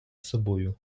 собою